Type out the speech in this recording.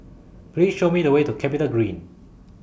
Please Show Me The Way to Capitagreen